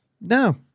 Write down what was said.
No